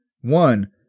One